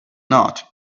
not